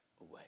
away